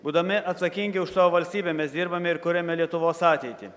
būdami atsakingi už savo valstybę mes dirbame ir kuriame lietuvos ateitį